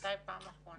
מתי פעם אחרונה?